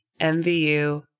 MVU